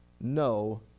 No